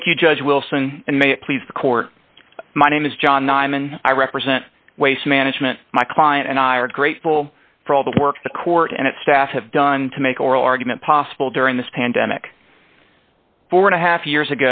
thank you judge wilson and may it please the court my name is john nyman i represent waste management my client and i are grateful for all the work the court and its staff have done to make oral argument possible during this pandemic four and a half years